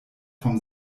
vom